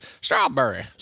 Strawberry